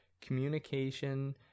communication